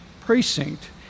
precinct